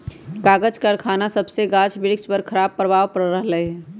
कागज करखना सभसे गाछ वृक्ष पर खराप प्रभाव पड़ रहल हइ